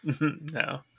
No